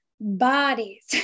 bodies